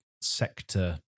sector